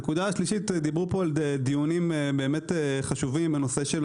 הנקודה השלישית דיברו פה על דיונים חשובים בנושא של